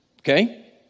Okay